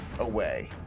Away